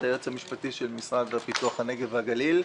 היועץ המשפטי של המשרד לפיתוח הנגב והגליל,